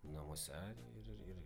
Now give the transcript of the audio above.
namuose ir ir